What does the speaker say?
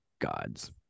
gods